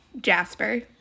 Jasper